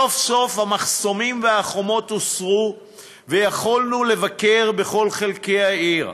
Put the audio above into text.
סוף-סוף המחסומים והחומות הוסרו ויכולנו לבקר בכל חלקי העיר.